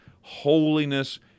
holiness